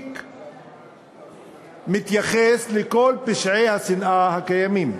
מספיק מתייחסת לכל פשעי השנאה הקיימים.